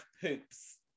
poops